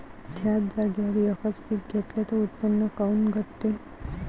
थ्याच जागेवर यकच पीक घेतलं त उत्पन्न काऊन घटते?